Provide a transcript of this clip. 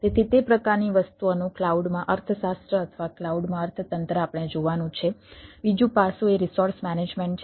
તેથી તે પ્રકારની વસ્તુઓનું ક્લાઉડમાં અર્થશાસ્ત્ર અથવા ક્લાઉડમાં અર્થતંત્ર આપણે જોવાનું છે બીજું પાસું એ રિસોર્સ મેનેજમેન્ટ છે